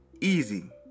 easy